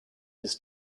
his